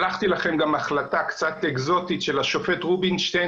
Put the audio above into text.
שלחתי לכם גם החלטה קצת אקזוטית של השופט רובינשטיין,